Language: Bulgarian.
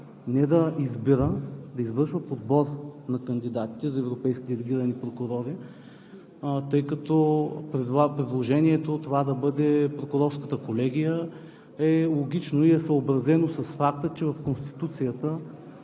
не да избира, да извършва подбор на кандидатите за европейски делегирани прокурори, тъй като предложението това да бъде Прокурорската колегия е логично и е съобразено с факта, че в Конституцията